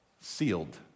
sealed